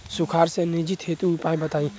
सुखार से निजात हेतु उपाय बताई?